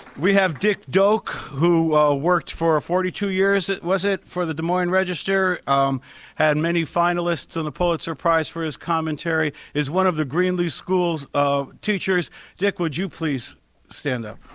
we have dick doke who worked for forty two years it was it for the des moines register had many finalists on and the pulitzer prize for his commentary is one of the greenleaf schools of teachers dick would you please stand up